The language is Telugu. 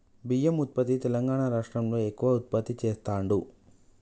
బియ్యం ఉత్పత్తి తెలంగాణా రాష్ట్రం లో ఎక్కువ ఉత్పత్తి చెస్తాండ్లు